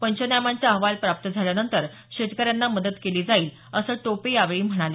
पंचनाम्यांचा अहवाल प्राप्त झाल्यानंतर शेतकऱ्यांना मदत केली जाईल असं टोपे यांनी यावेळी सांगितलं